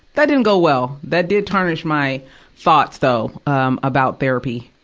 that didn't go well. that did tarnish my thoughts, though, um, about therapy.